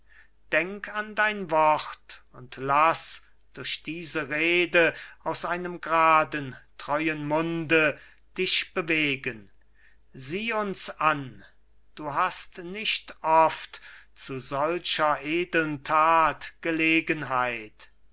denk an dein wort und laß durch diese rede aus einem g'raden treuen munde dich bewegen sieh uns an du hast nicht oft zu solcher edeln that gelegenheit